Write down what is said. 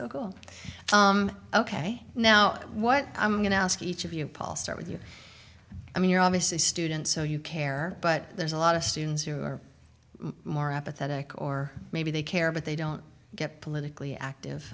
go ok now what i'm going to ask each of you paul start with you i mean you're obviously students so you care but there's a lot of students who are more apathetic or maybe they care but they don't get politically active